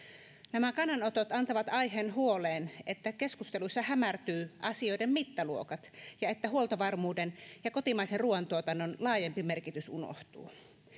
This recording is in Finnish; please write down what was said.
nämä kannanotot antavat aiheen huoleen että keskusteluissa hämärtyvät asioiden mittaluokat ja että huoltovarmuuden ja kotimaisen ruoantuotannon laajempi merkitys unohtuu